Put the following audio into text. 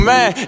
Man